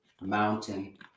Mountain